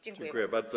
Dziękuję bardzo.